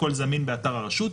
הכול זמין באתר הרשות,